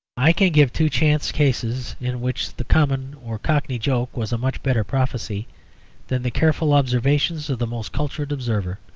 i can give two chance cases in which the common or cockney joke was a much better prophecy than the careful observations of the most cultured observer.